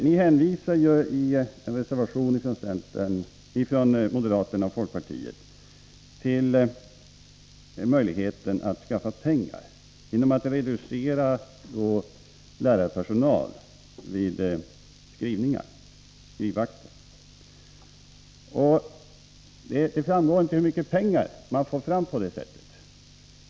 Ni hänvisar i en reservation från moderaterna och folkpartiet till möjligheten att skaffa pengar genom att reducera lärarpersonal vid skrivningar, alltså skrivvakter. Det framgår inte hur mycket pengar man får fram på det sättet.